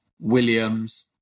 Williams